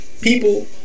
People